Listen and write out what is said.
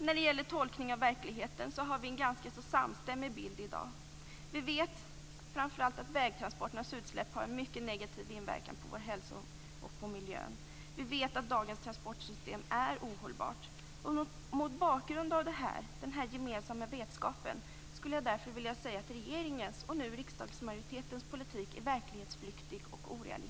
När det gäller tolkningen av verkligheten har vi i dag en ganska samstämmig bild. Vi vet framför allt att vägtransporternas utsläpp har en mycket negativ inverkan på vår hälsa och på miljön. Vi vet att dagens transportsystem är ohållbart. Mot bakgrund av den gemensamma vetskapen skulle jag vilja säga att regeringens, och nu även riksdagsmajoritetens, politik är verklighetsflyktig och orealistisk.